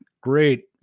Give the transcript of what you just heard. Great